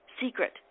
secret